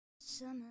summer